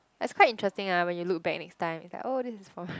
but it's quite interesting lah when you look back next time like oh this is for